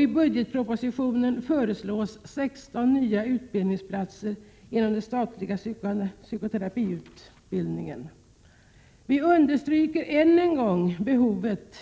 I budgetpropositionen föreslås 16 ytterligare utbildningsplatser inom den statliga psykoterapeututbildningen. Vi understryker än en gång behovet